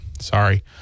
Sorry